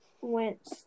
went